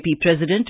President